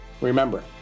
Remember